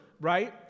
right